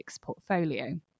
portfolio